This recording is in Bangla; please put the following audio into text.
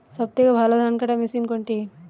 সবথেকে ভালো ধানকাটা মেশিন কোনটি?